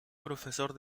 profesor